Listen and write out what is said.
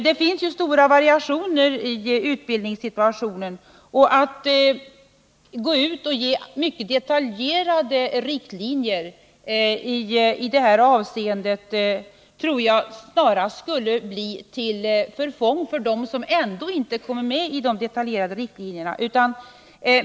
Det finns stora variationer i utbildningssituationen, och skulle vi gå ut och ge mycket detaljerade riktlinjer i detta avseende tror jag att det snarast skulle bli till förfång för dem som ändå inte kommer att innefattas av de detaljerade riktlinjerna.